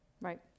Right